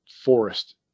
forest